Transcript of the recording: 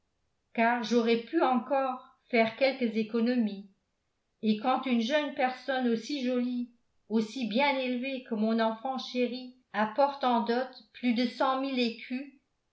car j'aurais pu encore faire quelques économies et quand une jeune personne aussi jolie aussi bien élevée que mon enfant chérie apporte en dot plus de cent mille écus